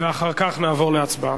אחר כך נעבור להצבעה.